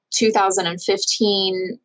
2015